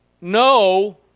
no